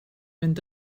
fynd